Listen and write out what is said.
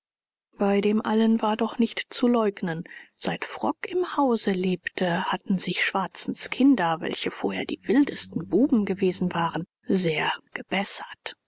bei dem allem war doch nicht zu leugnen seit frock im hause lebte hatten sich schwarzens kinder welche vorher die wildesten buben gewesen waren sehr gebessert